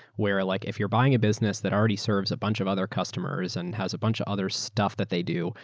where like if you're buying a business that already serves a bunch of other customers and has a bunch of other stuff that they do,